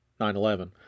9-11